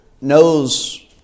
knows